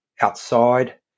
outside